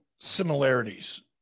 similarities